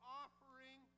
offering